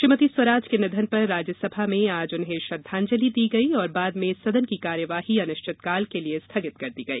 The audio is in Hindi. श्रीमति स्वराज के निधन पर राज्यसभा में आज उन्हें श्रद्वांजलि दी गई और बाद में सदन की कार्यवाही अनिश्चितकाल के लिये स्थगित कर दी गई